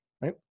right